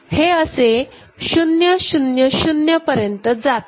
हे असे 0 0 0 पर्यंत जाते